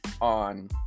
on